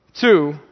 Two